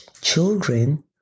children